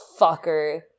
fucker